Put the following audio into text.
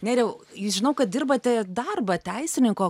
neriau jūs žinau kad dirbate darbą teisininko